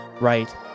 right